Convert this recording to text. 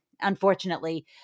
unfortunately